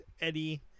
Eddie